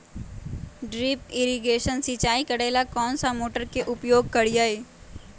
Drip irrigation सिंचाई करेला कौन सा मोटर के उपयोग करियई?